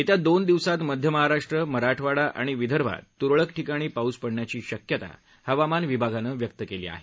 येत्या दोन दिवसात मध्य महाराष्ट्र मराठवाडा आणि विदर्भात त्रळक ठिकाणी पाऊस पडण्याची शक्यता हवामान विभागानं व्यक्त केली आहे